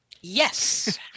Yes